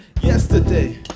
yesterday